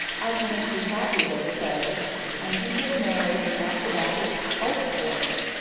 i will make you happy they say and you get married and after that it's housework!